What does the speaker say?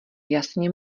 jasně